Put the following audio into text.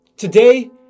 Today